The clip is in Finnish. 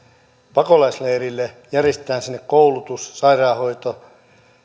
pakolaisleirille järjestetään sinne koulutus sairaanhoito